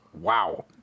Wow